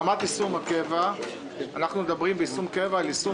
ברמת יישום הקבע אנחנו מדברים על יישום